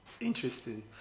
interesting